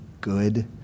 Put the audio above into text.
good